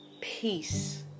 peace